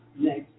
next